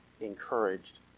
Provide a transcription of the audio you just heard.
encouraged